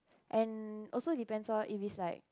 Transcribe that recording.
and also depends orh if is like